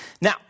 Now